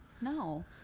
No